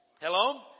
Hello